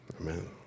amen